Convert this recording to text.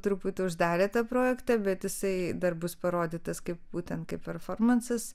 truputį uždarė tą projektą bet jisai dar bus parodytas kaip būtent kaip performansas